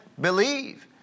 believe